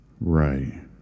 right